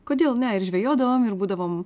kodėl ne ir žvejodavom ir būdavom